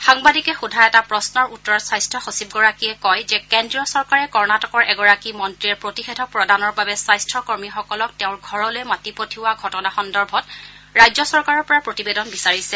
সাংবাদিকে সোধা এটা প্ৰশ্নৰ উত্তৰত স্বাস্থ্য সচিবগৰাকীয়ে কয় যে কেন্দ্ৰীয় চৰকাৰে কৰ্ণাটকৰ এগৰাকী মন্ত্ৰীয়ে প্ৰতিষেধক প্ৰদানৰ বাবে স্বাস্থ্য কৰ্মীসকলক তেওঁৰ ঘৰলৈ মাতি পঠিওৱা ঘটনা সন্দৰ্ভত ৰাজ্য চৰকাৰৰ পৰা প্ৰতিবেদন বিচাৰিছে